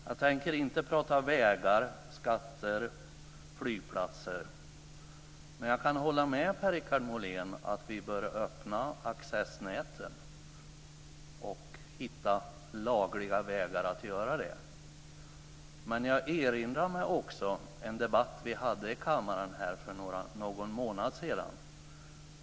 Jag tänker inte prata vägar, skatter eller flygplatser, men jag kan hålla med Per-Richard Molén om att vi bör öppna accessnäten och hitta lagliga vägar för detta. Men jag erinrar mig också en debatt vi hade här i kammaren för någon månad sedan.